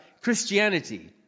Christianity